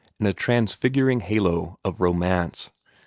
in a transfiguring halo of romance.